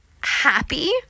happy